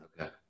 Okay